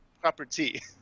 property